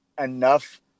enough